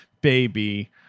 baby